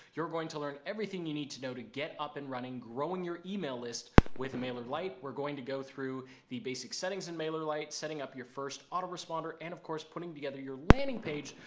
you're going to learn everything you need to know to get up and running, growing your email list with mailer light. we're going to go through the basic settings in mailer lights, setting up your first autoresponder and of course, putting together your landing page.